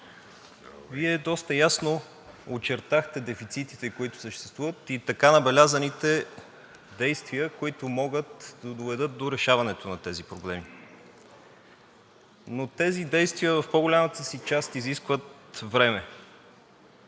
Вие доста ясно очертахте дефицитите, които съществуват, и така набелязаните действия, които могат да доведат до решаването на тези проблеми. Тези действия в по-голямата част изискват време,